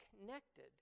connected